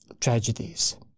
Tragedies